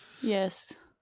Yes